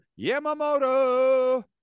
Yamamoto